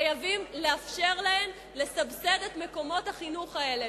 חייבים לאפשר להן ולסבסד את מקומות החינוך האלה.